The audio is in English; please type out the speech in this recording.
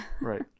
right